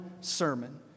sermon